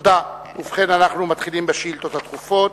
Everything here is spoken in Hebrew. מתחילים בשאילתות הדחופות.